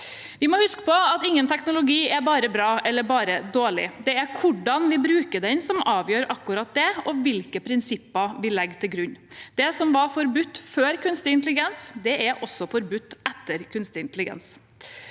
Vi må huske på at ingen teknologi er bare bra eller bare dårlig. Det er hvordan vi bruker den, og hvilke prinsipper vi legger til grunn, som avgjør det. Det som var forbudt før kunstig intelligens, er også forbudt etter kunstig intelligens.